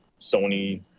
Sony